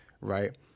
right